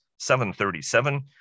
737